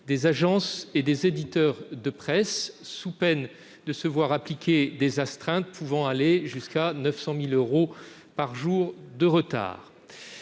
des agences et des éditeurs de presse, sous peine de se voir appliquer des astreintes pouvant aller jusqu'à 900 000 euros par jour de retard.